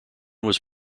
was